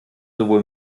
sowohl